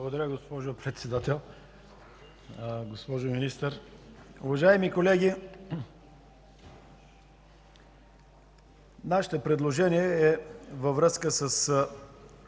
Благодаря, госпожо Председател. Госпожо Министър, уважаеми колеги! Нашето предложение е във връзка с